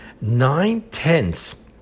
nine-tenths